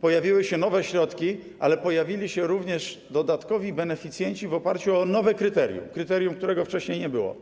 pojawiły się nowe środki, ale pojawili się również dodatkowi beneficjenci w oparciu o nowe kryterium, kryterium, którego wcześniej nie było.